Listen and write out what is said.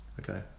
Okay